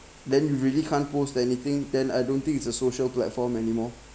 then you really can't post anything then I don't think it's a social platform anymore